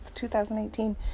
2018